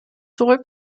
zurück